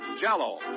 jello